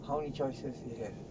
how many choices she have